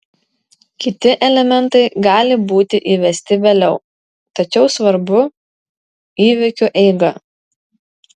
kiti elementai gali būti įvesti vėliau tačiau svarbu įvykių eiga